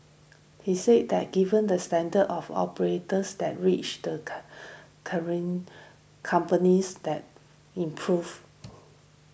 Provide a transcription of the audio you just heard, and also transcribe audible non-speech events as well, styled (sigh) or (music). he said that given the standards of operators that reach the (unintelligible) companies that improve